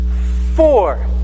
Four